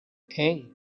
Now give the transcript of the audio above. hey